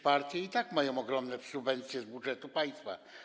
Partie i tak mają ogromne subwencje z budżetu państwa.